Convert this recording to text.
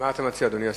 מה אתה מציע, אדוני השר?